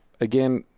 again